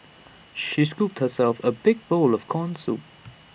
she scooped herself A big bowl of Corn Soup